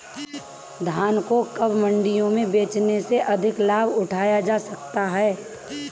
धान को कब मंडियों में बेचने से अधिक लाभ उठाया जा सकता है?